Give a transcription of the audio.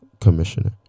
commissioner